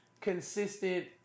consistent